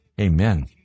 Amen